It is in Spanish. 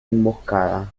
emboscada